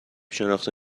شناخته